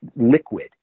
liquid